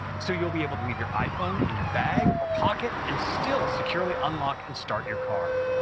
so you'll be able to leave your iphone in your bag or pocket and still securely unlock and start your car.